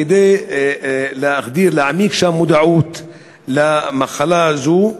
כדי להחדיר שם את המודעות למחלה הזאת.